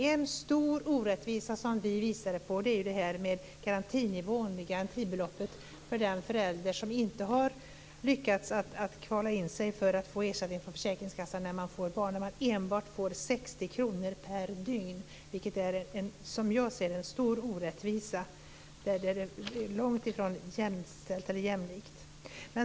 En stor orättvisa som vi har visat på är garantibeloppet för den förälder som får barn och som inte lyckats kvala in sig för ersättning från försäkringskassan utan som får bara 60 kr per dygn, något som jag anser vara en stor orättvisa. Här är det långt ifrån jämställt eller jämlikt.